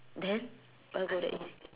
then why go there eat